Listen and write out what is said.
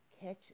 catch